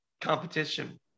competition